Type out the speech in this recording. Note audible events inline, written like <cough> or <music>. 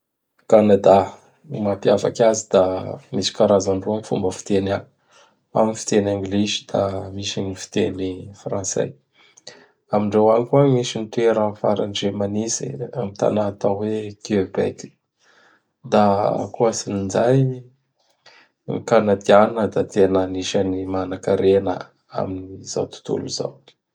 Canada! Mampiavaky azy da misy karazany roa gny fomba fiteny agny. Ao gn fiteny Anglisy da misy ny fiteny Frantsay. <noise> Amindreo agny koa gn misy ny teora faran ze manitsy am tana atao hoe Quebec. <noise> Da akoatsin'izay, <noise> gn Canadianina da tena anisan'olo manan-karena amin'izao totolo zao.